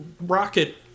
Rocket